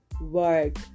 work